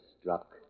struck